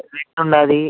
red ఉన్నది